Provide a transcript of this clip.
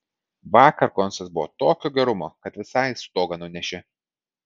vakar koncas buvo tokio gerumo kad visai stogą nunešė